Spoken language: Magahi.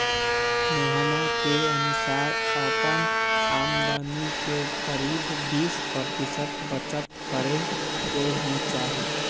मोहना के अनुसार अपन आमदनी के करीब बीस प्रतिशत बचत करे के ही चाहि